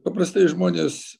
paprastai žmonės